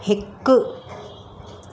हिकु